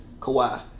Kawhi